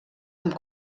amb